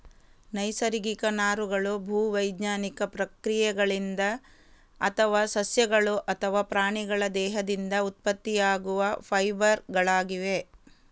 ನೈಸರ್ಗಿಕ ನಾರುಗಳು ಭೂ ವೈಜ್ಞಾನಿಕ ಪ್ರಕ್ರಿಯೆಗಳಿಂದ ಅಥವಾ ಸಸ್ಯಗಳು ಅಥವಾ ಪ್ರಾಣಿಗಳ ದೇಹದಿಂದ ಉತ್ಪತ್ತಿಯಾಗುವ ಫೈಬರ್ ಗಳಾಗಿವೆ